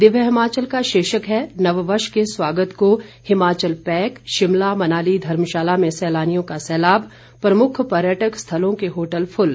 दिव्य हिमाचल का शीर्षक है नववर्ष के स्वागत को हिमाचल पैक शिमला मनाली धर्मशाला में सैलानियों का सैलाब प्रमुख पर्यटक स्थलों के होटल फुल